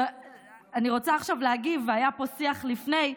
אני רוצה עכשיו להגיב, והיה פה שיח לפני,